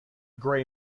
gray